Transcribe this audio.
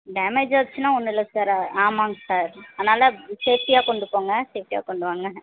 damage ஆச்சுன்னால் ஒன்றும் இல்லை சார் ஆமாங்க சார் அதனால் சேஃப்ட்டியாக கொண்டுபோங்க சேஃப்ட்டியாக கொண்டுவாங்க